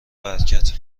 برکته